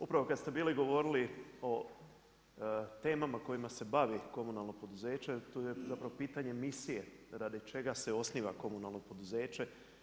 Upravo kad ste bili govorili o temama kojima se bavi komunalno poduzeće, tu je zapravo pitanje emisije, radi čega se osniva komunalno poduzeće.